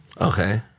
Okay